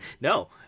No